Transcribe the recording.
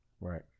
Right